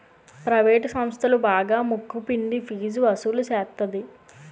private సంస్థలు బాగా ముక్కు పిండి ఫీజు వసులు సేత్తది